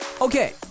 Okay